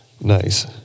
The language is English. Nice